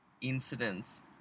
incidents